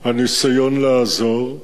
אני מודה ליושב-ראש הכנסת על הניסיון לעזור,